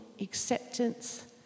acceptance